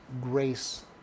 grace